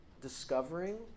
discovering